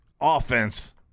offense